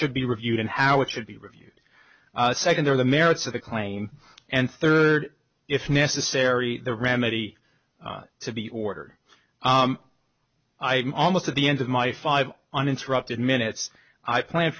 should be reviewed and how it should be reviewed second there are the merits of the claim and third if necessary the remedy to be ordered i almost at the end of my five uninterrupted minutes i pla